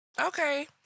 okay